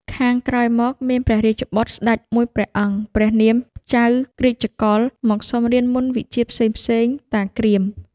ខាងក្រោយមក មានព្រះរាជបុត្រ ស្តេចមួយព្រះអង្គ ព្រះនាមចៅរាជកុល មកសុំរៀនមន្តវិជ្ជាផ្សេងៗ តា គ្រាម ។